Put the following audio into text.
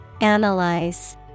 Analyze